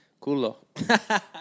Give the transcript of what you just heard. culo